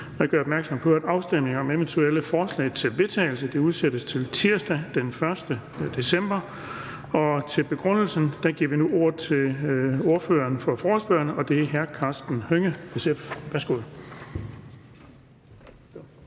Jeg gør opmærksom på, at afstemning om eventuelle forslag til vedtagelse udsættes til tirsdag den 1. december 2020. For begrundelse giver vi nu ordet til ordføreren for forslagsstillerne, og det er hr. Karsten Hønge, SF.